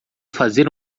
fazer